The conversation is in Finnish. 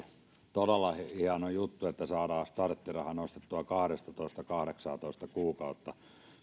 todella hieno juttu että saadaan starttiraha nostettua kahdestatoista kahdeksaantoista kuukauteen